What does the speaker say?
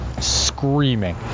screaming